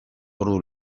ordu